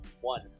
One